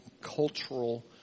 cultural